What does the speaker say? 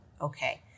Okay